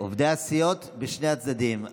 עובדי הסיעות בשני הצדדים,